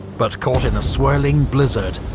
but caught in a swirling blizzard,